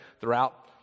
throughout